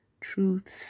Truths